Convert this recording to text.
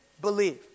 believe